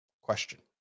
question